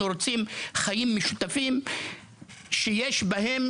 אנחנו רוצים חיים משותפים שיש בהם